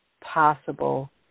possible